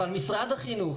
אבל משרד החינוך